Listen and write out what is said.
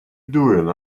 doing